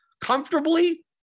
comfortably